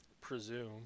presume